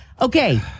Okay